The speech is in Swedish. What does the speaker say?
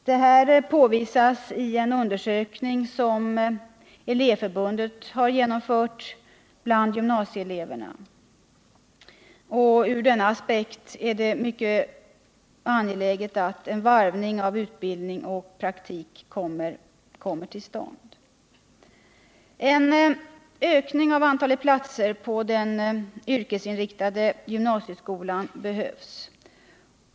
Detta påvisas i en undersökning som Elevförbundet genomfört bland gymnasieelever. Ur denna aspekt är det mycket angeläget att en varvning av utbildning och praktik kommer till stånd. En ökning av antalet platser i den yrkesinriktade gymnasieskolan behövs.